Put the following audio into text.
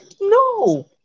no